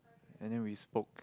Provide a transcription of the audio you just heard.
and then we spoke